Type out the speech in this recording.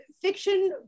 Fiction